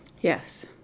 Yes